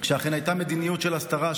שאכן הייתה מדיניות של הסתרה,